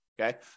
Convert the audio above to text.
Okay